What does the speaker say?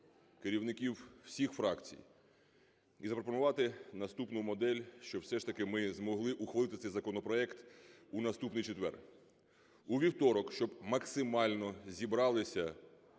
керівників всіх фракцій і запропонувати наступну модель, щоб все ж таки ми змогли ухвалити цей законопроект у наступний четвер. У вівторок, щоб максимально зібралися